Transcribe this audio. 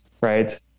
right